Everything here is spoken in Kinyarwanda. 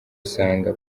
usanga